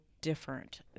different